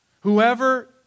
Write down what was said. Whoever